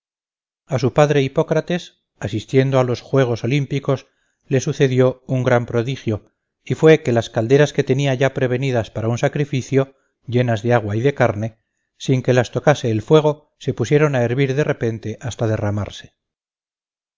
a su padre hipócrates asistiendo a los juegos olímpicos le sucedió un gran prodigio y fue que las calderas que tenía ya prevenidas para un sacrificio llenas de agua y de carne sin que las tocase el fuego se pusieron a hervir de repente hasta derramarse